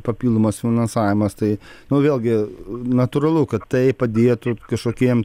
papildomas finansavimas tai vėlgi natūralu kad tai padėtų kažkokiem